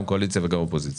גם קואליציה וגם אופוזיציה.